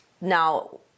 Now